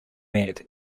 met